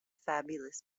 fabulous